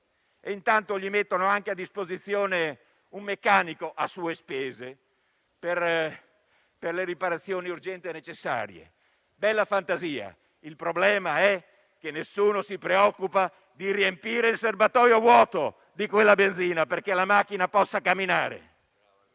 intanto mettono anche a disposizione un meccanico a proprie spese per le riparazioni urgenti e necessarie. Bella fantasia! Il problema è che nessuno si preoccupa di riempire il serbatoio vuoto della macchina affinché possa camminare.